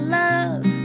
love